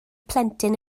plentyn